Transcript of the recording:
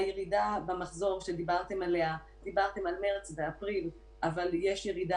הירידה במחזור שדיברתם עליה דיברתם על מרס ואפריל אבל יש ירידה